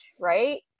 right